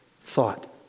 thought